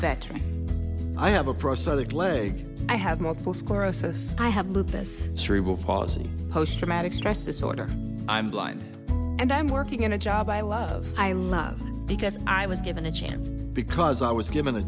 veteran i have approached other gleg i have multiple sclerosis i have lupus cerebral palsy post traumatic stress disorder i'm blind and i'm working in a job i love i love because i was given a chance because i was given